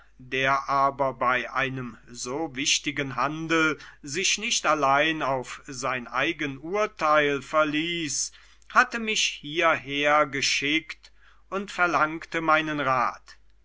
der aber bei so einem wichtigen handel sich nicht allein auf sein eigen urteil verließ hatte mich hierher geschickt und verlangte meinen rat